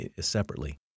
separately